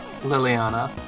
Liliana